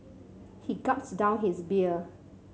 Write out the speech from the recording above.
he gulped down his beer